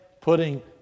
putting